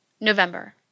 November